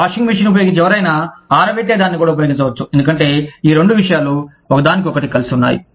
washing మెషీన్ను ఉపయోగించే ఎవరైనా ఆరబెట్టే దానిని కూడా ఉపయోగించవచ్చు ఎందుకంటే ఈ రెండు విషయాలు ఒకే దానికొకటి కలిసి వున్నాయి